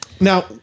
Now